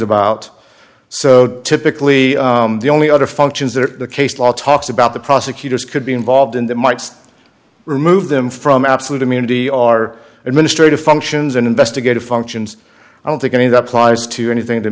about so typically the only other functions that are the case law talks about the prosecutors could be involved in that might remove them from absolute immunity are administrative functions and investigative functions i don't think any of that applies to anything to